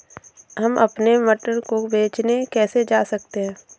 हम अपने मटर को बेचने कैसे जा सकते हैं?